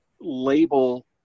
label